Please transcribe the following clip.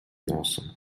носом